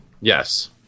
Yes